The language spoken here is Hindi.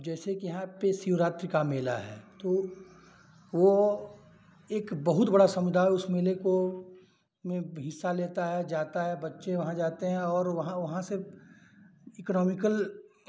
जैसे कि यहाँ पे शिवरात्रि का मेला है तो वो एक बहुत बड़ा समुदाय उस मेले को में हिस्सा लेता है जाता है बच्चे वहाँ जाते हैं और वहाँ वहाँ से इक्नोमिकल